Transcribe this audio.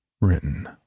Written